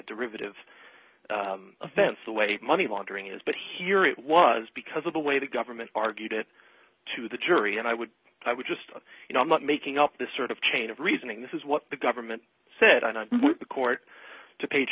derivative offense away money laundering is but here it was because of the way the government argued it to the jury and i would i would just as you know i'm not making up this sort of chain of reasoning this is what the government said on the court to page